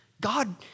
God